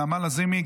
נעמה לזימי,